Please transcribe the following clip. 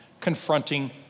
confronting